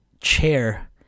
chair